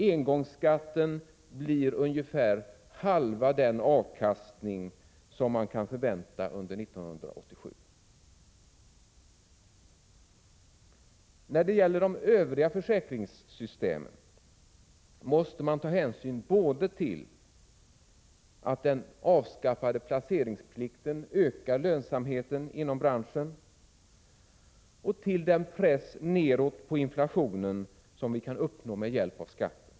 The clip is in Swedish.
Engångsskatten blir ungefär halva den avkastning som man kan förvänta under 1987. När det gäller de övriga försäkringssystemen måste man ta hänsyn både till den avskaffade placeringsplikten, som ökar lönsamheten inom branschen, och till den press neråt på inflationen som vi kan uppnå med hjälp av skatten.